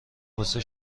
واسه